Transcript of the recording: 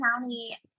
county